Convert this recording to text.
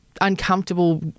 uncomfortable